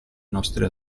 nostre